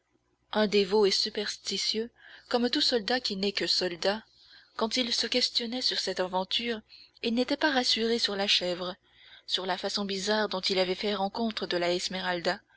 indévot et superstitieux comme tout soldat qui n'est que soldat quand il se questionnait sur cette aventure il n'était pas rassuré sur la chèvre sur la façon bizarre dont il avait fait rencontre de la